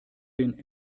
den